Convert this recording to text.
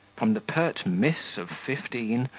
from the pert miss of fifteen,